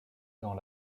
dans